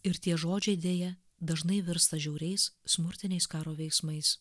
ir tie žodžiai deja dažnai virsta žiauriais smurtiniais karo veiksmais